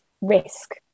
risk